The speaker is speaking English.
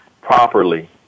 properly